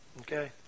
Okay